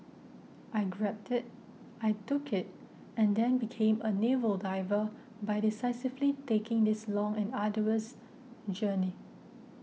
I grabbed it I took it and then became a naval diver by decisively taking this long and arduous journey